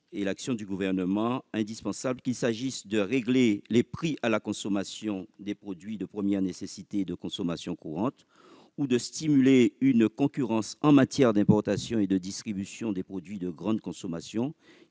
et l'action du Gouvernement indispensable, qu'il s'agisse de réguler les prix à la consommation des produits de première nécessité et de consommation courante ou de stimuler une concurrence en matière d'importations et de distribution des produits de grande consommation,